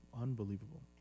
Unbelievable